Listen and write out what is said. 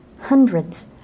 hundreds